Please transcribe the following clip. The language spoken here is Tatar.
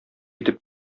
итеп